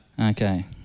Okay